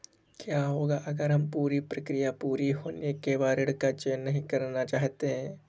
क्या होगा अगर हम पूरी प्रक्रिया पूरी होने के बाद ऋण का चयन नहीं करना चाहते हैं?